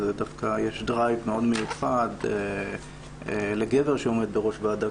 דווקא יש דרייב מאוד מיוחד לגבר שעומד בראש ועדה